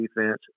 defense